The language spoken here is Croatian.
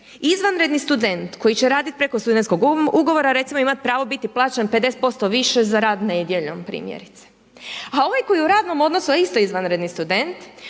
izvanredni student koji će raditi preko studentskog ugovora recimo imati pravo biti plaćen 50% više za rad nedjeljom primjerice, a ovaj koji je u radnom odnosu a isto je izvanredni student